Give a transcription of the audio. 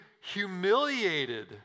humiliated